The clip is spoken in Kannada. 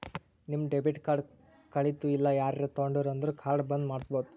ನಿಮ್ ಡೆಬಿಟ್ ಕಾರ್ಡ್ ಕಳಿತು ಇಲ್ಲ ಯಾರರೇ ತೊಂಡಿರು ಅಂದುರ್ ಕಾರ್ಡ್ ಬಂದ್ ಮಾಡ್ಸಬೋದು